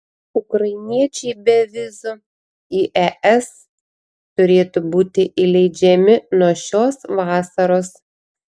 ukrainiečiai be vizų į es turėtų būti įleidžiami nuo šios vasaros